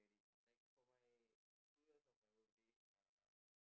like for my two years of my birthday uh